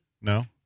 No